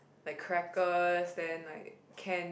like crackers then like can